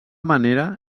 manera